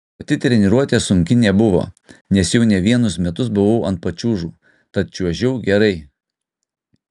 pati treniruotė sunki nebuvo nes jau ne vienus metus buvau ant pačiūžų tad čiuožiau gerai